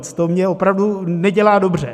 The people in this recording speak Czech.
To mně opravdu nedělá dobře.